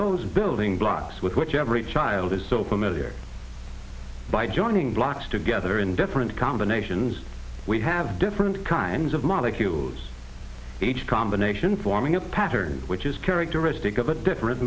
those building blocks with which every child is so familiar by joining blocks together in different combinations we have different kinds of molecules each combination forming a pattern which is characteristic of a different